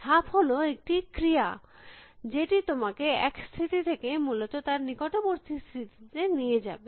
ধাপ হল একটি ক্রিয়া যেটি তোমাকে এক স্থিতি থেকে মূলত তার নিকটবর্তী স্থিতিতে নিয়ে যাবে